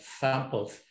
samples